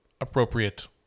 appropriate